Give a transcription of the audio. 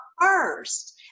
first